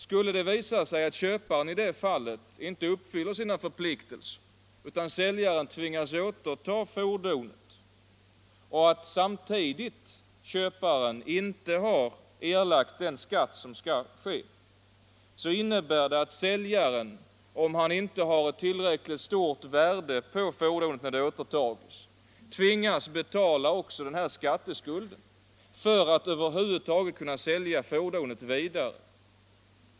Skulle det visa sig att köparen inte uppfyller sina förpliktelser utan säljaren tvingas återta fordonet, och köparen inte har erlagt skatten, så innebär det att säljaren, om fordonet inte har tillräckligt stort värde när det återtas, tvingas betala också denna skatteskuld för att över huvud taget kunna sälja fordonet vidare.